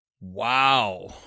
Wow